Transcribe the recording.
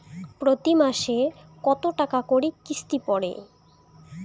প্রতি মাসে কতো টাকা করি কিস্তি পরে?